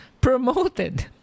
promoted